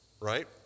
right